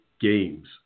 games